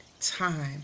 time